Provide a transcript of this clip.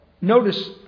Notice